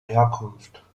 herkunft